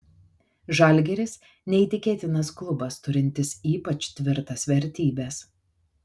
žalgiris neįtikėtinas klubas turintis ypač tvirtas vertybes